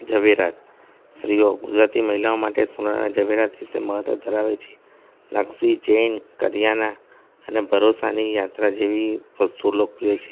ઝવેરાત સ્ત્રીઓ ગુજરાતી મહિલાઓ માટે સોનાના ઝવેરાત વિશેષ મહત્ત્વ ધરાવે છે નાગશી ચેન કરીયાના અને ભરોસાની યાત્રા જેવી વસ્તુ લોકપ્રિય છે